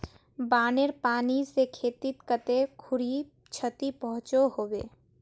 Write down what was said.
बानेर पानी से खेतीत कते खुरी क्षति पहुँचो होबे?